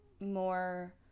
more